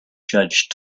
judge